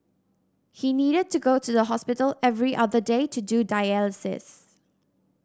he needed to go to the hospital every other day to do dialysis